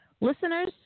Listeners